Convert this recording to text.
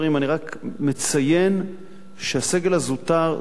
אני רק מציין שהסגל הזוטר זה